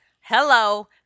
Hello